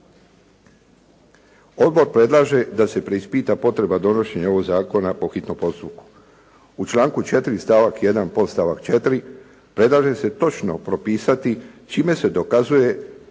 Odbor predlaže da se preispita potreba donošenja ovoga zakona po hitnom postupku. U članku 4. stavak 1. podstavak 4. predlaže se točno propisati čime se dokazuje